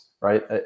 right